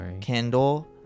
Kendall